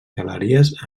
galeries